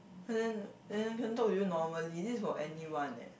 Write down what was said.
but then then I can talk with you normally this for anyone eh